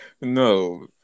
No